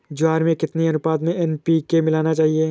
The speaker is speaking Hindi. ज्वार में कितनी अनुपात में एन.पी.के मिलाना चाहिए?